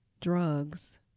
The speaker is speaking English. drugs